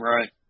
Right